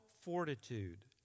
fortitude